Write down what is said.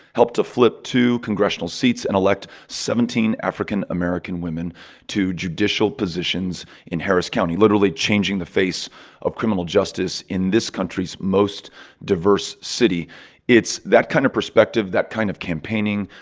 helped to flip two congressional seats and elect seventeen african american women to judicial positions in harris county, literally changing the face of criminal justice in this country's most diverse city it's that kind of perspective, that kind of campaigning,